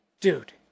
Dude